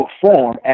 perform